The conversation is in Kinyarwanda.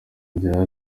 yongeyeho